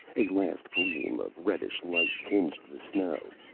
a last gleam of reddish light tinged the snow,